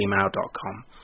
gmail.com